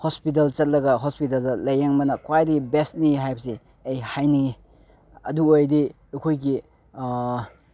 hospital ꯆꯠꯂꯒ ꯍꯣꯁꯄꯤꯇꯥꯜꯗ ꯂꯥꯏꯌꯦꯡꯕꯅ ꯈ꯭ꯋꯥꯏꯗꯒꯤ ꯕꯦꯁꯅꯤ ꯍꯥꯏꯕꯁꯦ ꯑꯩ ꯍꯥꯏꯅꯤꯡꯉꯤ ꯑꯗꯨ ꯑꯣꯏꯔꯗꯤ ꯑꯩꯈꯣꯏꯒꯤ